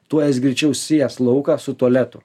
tuo jis greičiau sies lauką su tualetu